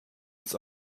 uns